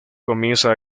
comienza